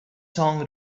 song